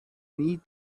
need